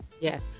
Yes